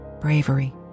bravery